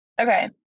Okay